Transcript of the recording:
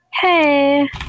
Hey